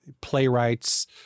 playwrights